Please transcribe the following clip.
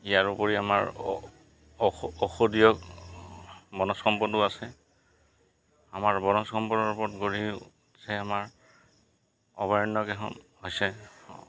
ইয়াৰ উপৰি আমাৰ ঔষধীয় বনজ সম্পদো আছে আমাৰ বনজ সম্পদৰ ওপৰত গঢ়ি উঠে আমাৰ অভয়াৰণ্যকেইখন হৈছে